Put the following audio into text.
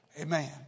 Amen